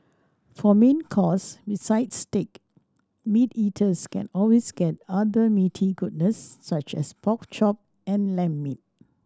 for main course besides steak meat eaters can always get other meaty goodness such as pork chop and lamb meat